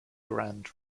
grand